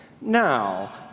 Now